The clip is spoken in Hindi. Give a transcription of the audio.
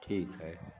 ठीक है